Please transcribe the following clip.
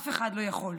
אף אחד לא יכול.